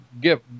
give